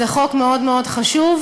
זה חוק מאוד מאוד חשוב.